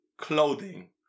clothing